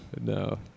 no